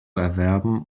erwerben